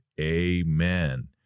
Amen